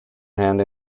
hand